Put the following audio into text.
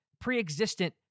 preexistent